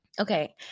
Okay